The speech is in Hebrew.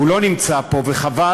הוא לא נמצא פה וחבל,